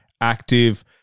Active